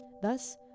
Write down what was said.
Thus